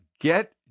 get